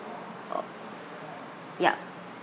yup